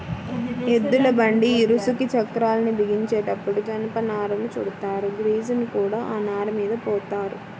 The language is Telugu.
ఎద్దుల బండి ఇరుసుకి చక్రాల్ని బిగించేటప్పుడు జనపనారను చుడతారు, గ్రీజుని కూడా ఆ నారమీద పోత్తారు